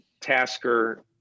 Tasker